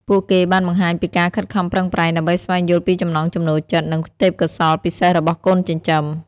ពួកគេបានបង្ហាញពីការខិតខំប្រឹងប្រែងដើម្បីស្វែងយល់ពីចំណង់ចំណូលចិត្ត និងទេពកោសល្យពិសេសរបស់កូនចិញ្ចឹម។